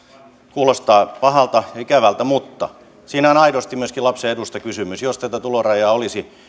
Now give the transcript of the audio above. kuulostaa pahalta ja ikävältä mutta siinä on aidosti myöskin lapsen edusta kysymys jos tätä tulorajaa ei olisi niin